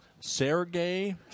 Sergey